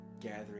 gathering